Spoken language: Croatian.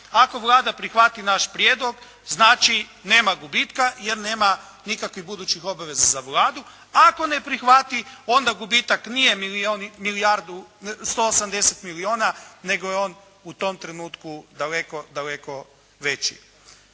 Ako Vlada prihvati naš prijedlog znači nema gubitka, jer nema nikakvih budućih obaveza za Vladu, ako ne prihvati onda gubitak nije milijardu 180 milijuna, nego je on u tom trenutku daleko veći.